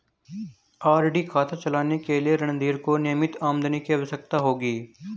RD खाता चलाने के लिए रणधीर को नियमित आमदनी की आवश्यकता होगी